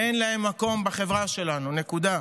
אין להם מקום בחברה שלנו, נקודה,